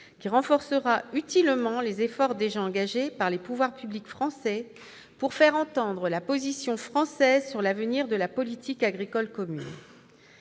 qui renforcera utilement les efforts déjà engagés par les pouvoirs publics français pour faire entendre la position française sur l'avenir de la politique agricole commune